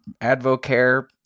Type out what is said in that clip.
AdvoCare